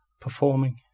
performing